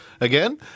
Again